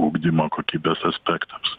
ugdymo kokybės aspektams